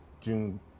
June